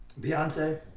Beyonce